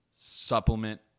Supplement